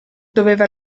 doveva